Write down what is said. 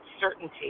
certainty